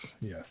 yes